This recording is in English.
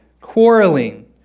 quarreling